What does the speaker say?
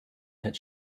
head